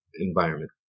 environment